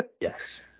Yes